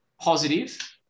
positive